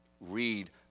read